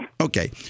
Okay